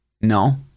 No